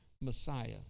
Messiah